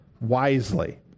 wisely